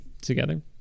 together